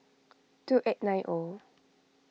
two eight nine O